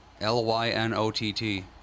L-Y-N-O-T-T